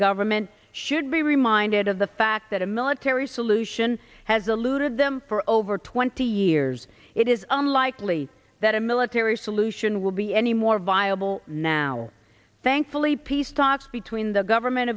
government should be reminded of the fact that a military solution has eluded them for over twenty years it is unlikely that a military solution will be any more viable now thankfully peace talks between the government